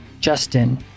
Justin